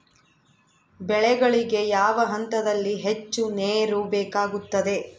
ಬೆಳೆಗಳಿಗೆ ಯಾವ ಹಂತದಲ್ಲಿ ಹೆಚ್ಚು ನೇರು ಬೇಕಾಗುತ್ತದೆ?